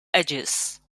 edges